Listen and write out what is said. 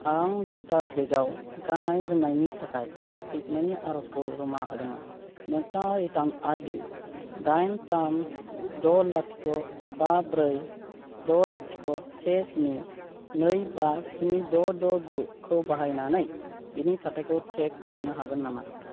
आं डाटाक्लिकाव गाननाय जोमनायनि थाखाय फैफिननायनि आर'जखौ जमा होदोंमोन नोंथाङा रिटार्न आइडि दाइन थाम द' लाथिख' बा ब्रै द' लाथिख' से स्नि नै बा स्नि द' द' गुखौ बाहायनानै बिनि थाखायखौ ट्रेक खालामनो हागोन नामा